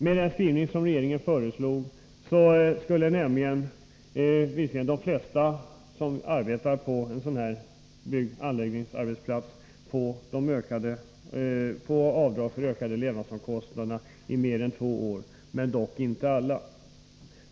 Med den skrivning som regeringen föreslog skulle visserligen de flesta som arbetar på en sådan byggeller anläggningsarbetsplats få avdrag för ökade levnadsomkostnader i mer än två år, men dock inte alla.